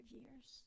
years